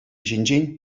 ҫинчен